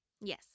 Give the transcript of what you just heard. Yes